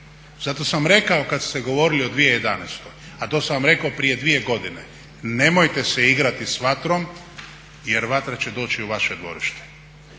Zato sam rekao kad ste govorili o 2011., a to sam vam rekao prije 2 godine nemojte se igrati s vatrom jer vatra će doći u vaše dvorište.